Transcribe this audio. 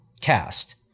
cast